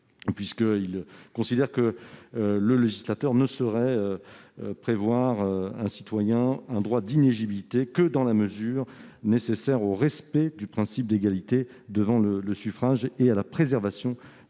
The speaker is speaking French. Il considère que le législateur ne saurait prévoir d'inéligibilités que dans la mesure nécessaire au respect du principe d'égalité devant le suffrage et à la préservation de